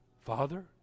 Father